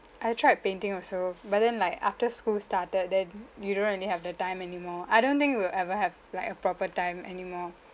I tried painting also but then like after school started then you don't really have the time any more I don't think we will ever have like a proper time any more